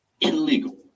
illegal